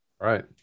Right